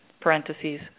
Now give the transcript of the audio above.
parentheses